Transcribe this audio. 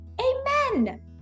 amen